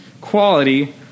quality